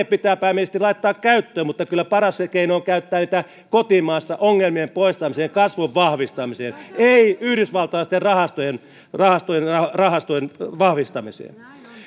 pitää pääministeri laittaa käyttöön ja kyllä paras keino on käyttää niitä kotimaassa ongelmien poistamiseen kasvun vahvistamiseen ei yhdysvaltalaisten rahastojen rahastojen vahvistamiseen